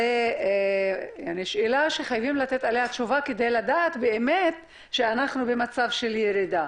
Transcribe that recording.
זו שאלה שחייבים לתת עליה תשובה כדי לדעת באמת שאנחנו במצב של ירידה.